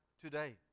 today